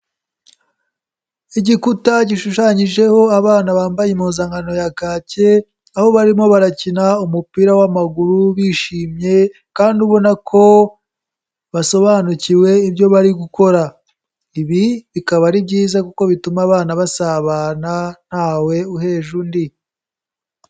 Igikuta gishushanyijeho abana bambaye impuzankano ya kake, aho barimo barakina umupira w'amaguru bishimye kandi ubona ko basobanukiwe ibyo bari gukora, ibi bikaba ari byiza kuko bituma abana basabana ntawe uheje undi.